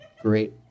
Great